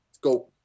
go